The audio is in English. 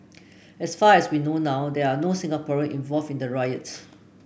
as far as we know now there are no Singaporean involved in the riot